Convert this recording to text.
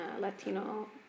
Latino